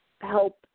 help